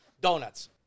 Donuts